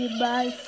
bye